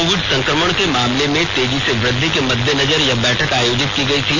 Covid संक्रमण के मामलों में तेजी से वृद्धि के मद्देनजर यह बैठक आयोजित की गई थी